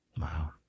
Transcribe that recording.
Wow